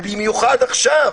ובמיוחד עכשיו,